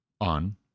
on